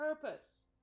purpose